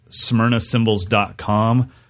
SmyrnaSymbols.com